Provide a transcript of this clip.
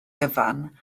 gyfan